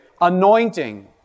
anointing